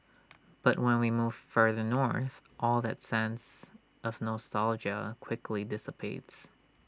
but when we move further north all that sense of nostalgia quickly dissipates